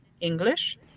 English